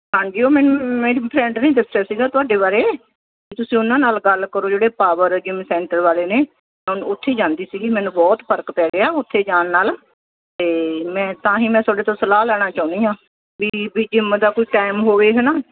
ਹਾਂਜੀ ਮੈਨੂੰ ਓ ਮੈਨੂੰ ਮੇਰੀ ਫਰੈਂਡ ਨੇ ਦੱਸਿਆ ਸੀਗਾ ਤੁਹਾਡੇ ਬਾਰੇ ਵੀ ਤੁਸੀਂ ਉਹਨਾਂ ਨਾਲ ਗੱਲ ਕਰੋ ਜਿਹੜੇ ਪਾਵਰ ਜਿੰਮ ਸੈਂਟਰ ਵਾਲੇ ਨੇ ਉੱਥੇ ਜਾਂਦੀ ਸੀਗੀ ਮੈਨੂੰ ਬਹੁਤ ਫਰਕ ਪੈ ਗਿਆ ਉੱਥੇ ਜਾਣ ਨਾਲ ਤੇ ਮੈਂ ਤਾਂ ਹੀ ਮੈਂ ਤੁਹਾਡੇ ਤੋਂ ਸਲਾਹ ਲੈਣਾ ਚਾਹੁੰਦੀ ਹਾਂ ਵੀ ਵੀ ਜਿੰਮ ਦਾ ਕੋਈ ਟਾਈਮ ਹੋਵੇ ਹੈ ਨਾ